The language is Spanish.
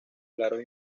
claros